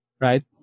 right